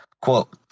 Quote